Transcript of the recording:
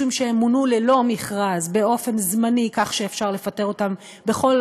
משום שהם מונו ללא מכרז באופן זמני כך שאפשר לפטר אותם בכל